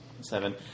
Seven